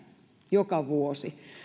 joka vuosi